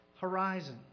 horizon